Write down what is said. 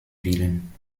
willen